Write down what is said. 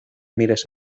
mires